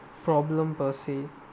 problem per se